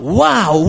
wow